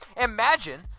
Imagine